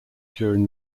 during